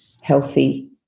healthy